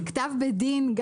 זה כתב בית דין.